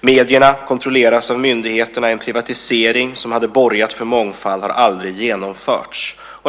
Medierna kontrolleras av myndigheterna. En privatisering som hade borgat för mångfald har aldrig genomförts.